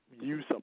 use